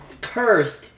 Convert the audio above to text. cursed